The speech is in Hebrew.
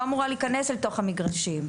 המשטרה לא אמורה להיכנס לתוך המגרשים.